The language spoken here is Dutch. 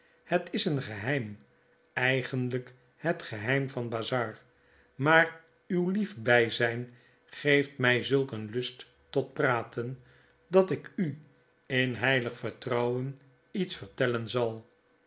het is een geheim eigenlyk het geheim van bazzard maar uw lief byzijn geeft my zulk een lust tot praten dat ik u in heilig vertrouwen iets vertellen zal